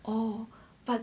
oh but